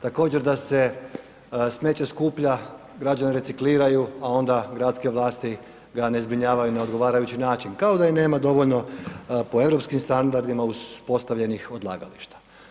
Također da se smeće skuplja, građani recikliraju, a onda gradske vlasti ga ne zbrinjavaju na odgovarajući način, kao da i nema dovoljno po europskim standardima uspostavljenih odlagališta.